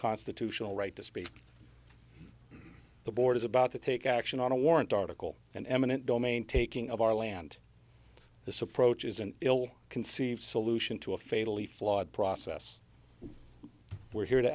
constitutional right to speech the board is about to take action on a warrant article an eminent domain taking of our land this approach is an ill conceived solution to a fatally flawed process we're here to